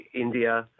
India